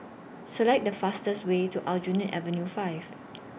Select The fastest Way to Aljunied Avenue five